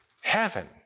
heaven